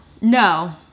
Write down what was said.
No